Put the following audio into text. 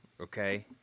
Okay